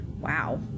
Wow